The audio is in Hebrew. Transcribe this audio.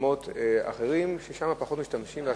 המקומות האחרים, ששם יש פחות תורים.